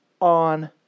on